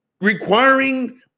requiring